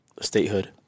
statehood